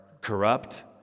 corrupt